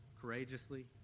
courageously